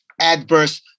adverse